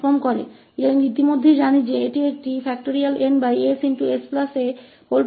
हम पहले से ही जानते हैं कि यह एक है n